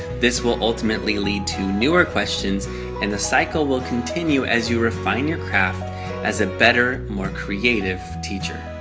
this will ultimately lead to newer questions and the cycle will continue as you refine your craft as a better, more creative, teacher.